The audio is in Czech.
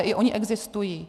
I oni existují.